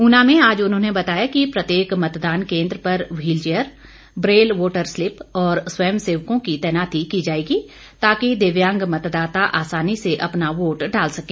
ऊना में आज उन्होंने बताया कि प्रत्येक मतदान केंद्र पर wheel chair braille voter slip और स्वयंसेवकों की तैनाती की जाएगी ताकि दिव्यांग मतदाता आसानी से अपना वोट डाल सके